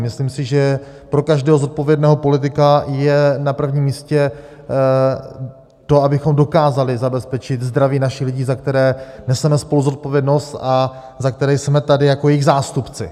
Myslím si, že pro každého zodpovědného politika je na prvním místě to, abychom dokázali zabezpečit zdraví našich lidí, za které neseme spoluzodpovědnost a za které jsme tady jako jejich zástupci.